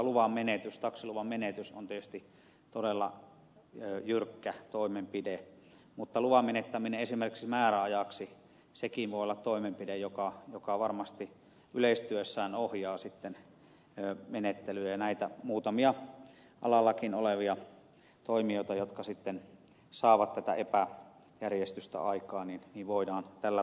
pahimmillaan taksiluvan menetys on tietysti todella jyrkkä toimenpide mutta luvan menettäminen esimerkiksi määräajaksi voi olla toimenpide joka varmasti yleistyessään ohjaa sitten menettelyä ja näitä muutamia alallakin olevia toimijoita jotka sitten saavat tätä epäjärjestystä aikaan voidaan tällä tavalla ohjata